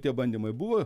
tie bandymai buvo